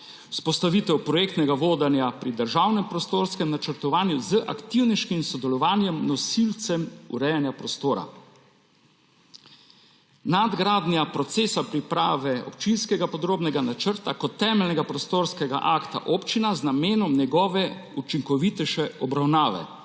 Vzpostavitev projektnega vodenja pri državnem prostorskem načrtovanju z aktivnejšim sodelovanjem nosilcev urejanja prostora. Nadgradnja procesa priprave občinskega podrobnega načrta kot temeljnega prostorskega akta občine z namenom njegove učinkovitejše obravnave.